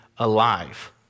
Alive